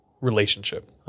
relationship